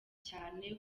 cyane